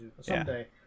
someday